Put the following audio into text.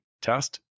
Test